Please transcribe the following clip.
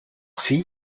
fille